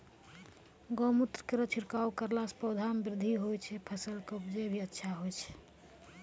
गौमूत्र केरो छिड़काव करला से पौधा मे बृद्धि होय छै फसल के उपजे भी अच्छा होय छै?